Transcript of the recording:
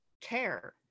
care